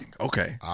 Okay